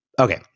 Okay